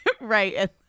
Right